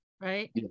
right